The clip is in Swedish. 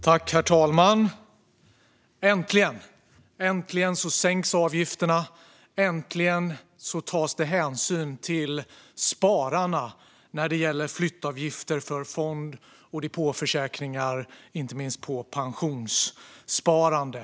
Herr talman! Äntligen sänks avgifterna, och äntligen tas det hänsyn till spararna när det gäller flyttavgifter för fond och depåförsäkringar, inte minst pensionssparande.